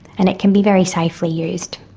and it can be very safely used.